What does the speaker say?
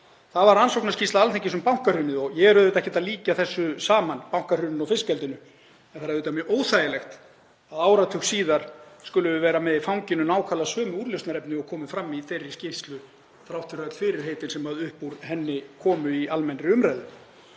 Það var rannsóknarskýrsla Alþingis um bankahrunið. Ég er ekkert að líkja þessu saman, bankahruninu og fiskeldinu, en það er auðvitað mjög óþægilegt að áratug síðar skulum við vera með í fanginu nákvæmlega sömu úrlausnarefni og komu fram í þeirri skýrslu þrátt fyrir öll fyrirheitin sem upp úr henni komu í almennri umræðu.